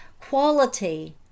Quality